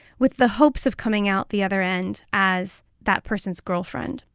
with the hopes of coming out the other end as that person's girlfriend.